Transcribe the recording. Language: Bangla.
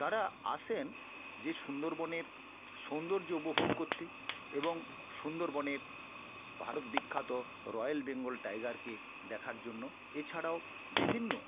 তারা আসেন যে সুন্দরবনের সৌন্দর্য উপভোগ করতে এবং সুন্দরবনের ভারত বিখ্যাত রয়েল বেঙ্গল টাইগারকে দেখার জন্য এছাড়াও বিভিন্ন